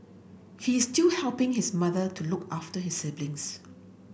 he is still helping his mother to look after his siblings